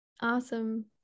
Awesome